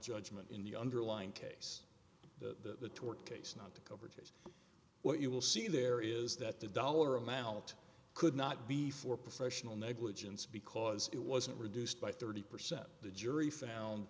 judgment in the underlying case the tort case and what you will see there is that the dollar amount could not be for professional negligence because it wasn't reduced by thirty percent the jury found